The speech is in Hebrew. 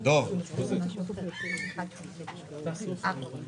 19:42.) קודם כל תודה רבה לכל מי שהשתתף בדיון,